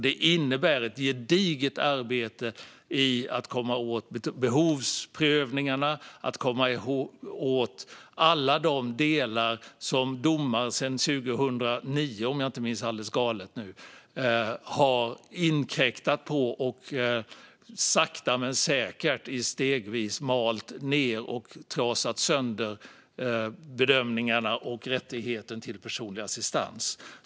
Det innebär ett gediget arbete i att komma åt behovsprövningarna, att komma åt alla de delar där domar sedan 2009 - om jag inte minns alldeles galet - har inkräktat på och stegvis, sakta men säkert, malt ned och trasat sönder bedömningarna och rättigheten till personlig assistans.